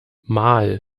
mal